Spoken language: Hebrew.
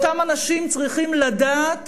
אותם אנשים צריכים לדעת